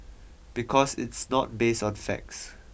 because it's not based on facts